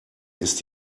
ist